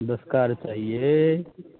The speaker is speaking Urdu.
دس کار چاہیے